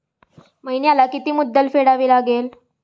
महिन्याला किती मुद्दल फेडावी लागेल?